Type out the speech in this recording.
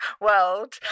world